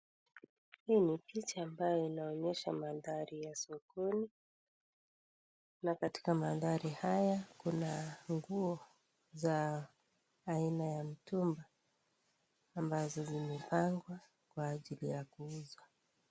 Hii ni picha ambayo inaonyesha mandhari ya sokoni, na katika mandhari haya, kuna nguo aina ya mtumba ambazo zimepangwa, kwa ajili ya kuuzwa.